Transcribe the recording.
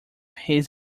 his